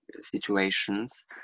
situations